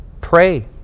Pray